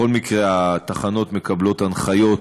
בכל מקרה, התחנות מקבלות הנחיות